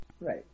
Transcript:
Right